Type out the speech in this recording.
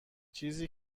چیزی